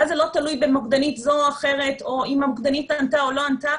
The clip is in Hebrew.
ואז זה לא תלוי במוקדנית כזו או אחרת או אם המוקדנית ענתה או לא ענתה,